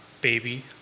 baby